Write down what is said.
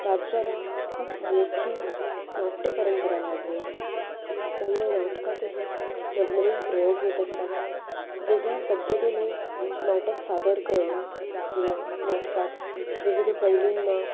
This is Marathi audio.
राज्याला खूप मोठी नाट्यपरंपरा लाभली आहे त्यामुळे नाटकातही नवनवीन प्रयोग होत असतात वेगळ्या पद्धतीने नाटक सादर करणे किंवा नाटकात विविध पैलूंना